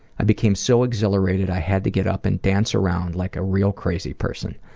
i became so exhilarated i had to get up and dance around like a real crazy person.